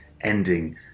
ending